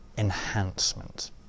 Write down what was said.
enhancement